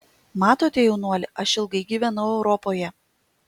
matote jaunuoli aš ilgai gyvenau europoje